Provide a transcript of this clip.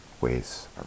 ways